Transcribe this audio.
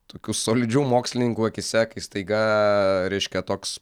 tokių solidžių mokslininkų akyse kai staiga reiškia toks